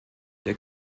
der